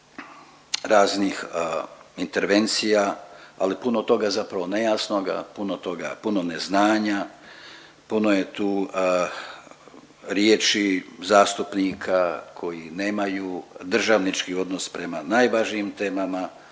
raznih intervencija, ali puno toga zapravo nejasnoga, puno toga, puno neznanja, puno je tu riječi zastupnika koji nemaju državnički odnos prema najvažnijim temama,